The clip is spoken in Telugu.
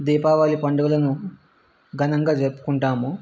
దీపావళి పండుగలను ఘనంగా జరుపుకుంటాము